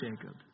Jacob